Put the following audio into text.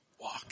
walk